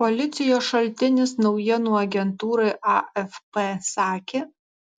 policijos šaltinis naujienų agentūrai afp sakė